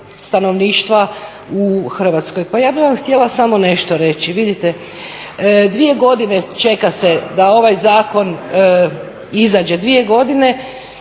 stanovništva u Hrvatskoj. Pa ja bih vam htjela samo nešto reći, vidite, 2 godine čeka se da ovaj zakon izađe, dvije godine